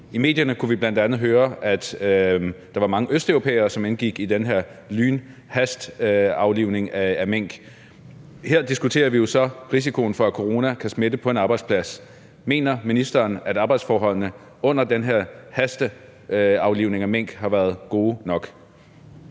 I medierne kunne vi bl.a. høre, at der var mange østeuropæere, som indgik i den her lynhasteaflivning af mink. Her diskuterer vi jo så risikoen for, at corona kan smitte på en arbejdsplads. Mener ministeren, at arbejdsforholdene under den her hasteaflivning af mink har været gode nok?